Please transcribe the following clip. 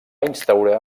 instaurar